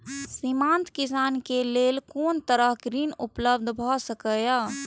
सीमांत किसान के लेल कोन तरहक ऋण उपलब्ध भ सकेया?